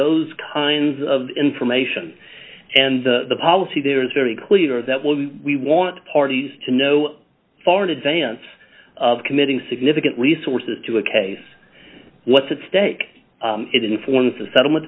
those kinds of information and the policy there is very clear that will we want parties to know far in advance of committing significant resources to a case what's at stake it informs the settlement